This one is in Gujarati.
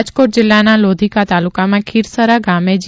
રાજકોટ જિલ્લાના લોધિકા તાલુકામાં ખીરસરા ગામે જી